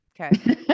Okay